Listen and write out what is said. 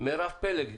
מירב פלג.